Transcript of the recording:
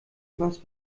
was